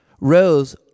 rose